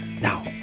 Now